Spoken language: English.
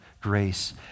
grace